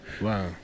Wow